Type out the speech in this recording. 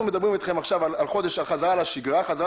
אנחנו מדברים אתכם עכשיו על חודש החזרה לשגרה.